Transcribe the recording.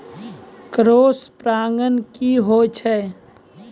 Cross परागण की होय छै?